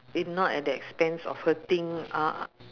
in not at that expense of hurting ah